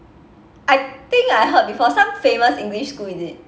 I think I heard before some famous english school is it